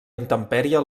intempèrie